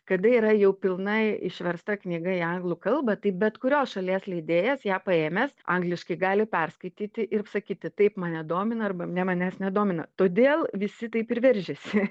kada yra jau pilnai išversta knyga į anglų kalbą tai bet kurios šalies leidėjas ją paėmęs angliškai gali perskaityti ir sakyti taip mane domina arba ne manęs nedomina todėl visi taip ir veržiasi